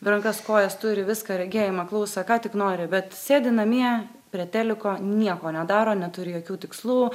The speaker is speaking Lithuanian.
rankas kojas turi viską regėjimą klausą ką tik nori bet sėdi namie prie teliko nieko nedaro neturi jokių tikslų